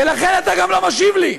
ולכן אתה גם לא משיב לי.